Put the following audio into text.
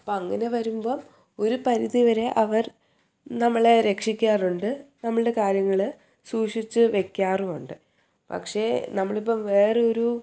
അപ്പം അങ്ങനെ വരുമ്പം ഒരു പരിധിവരെ അവർ നമ്മളെ രക്ഷിക്കാറുണ്ട് നമ്മളുടെ കാര്യങ്ങൾ സൂക്ഷിച്ച് വയ്ക്കാറുമുണ്ട് പക്ഷെ നമ്മളിപ്പോൾ വേറെയൊരു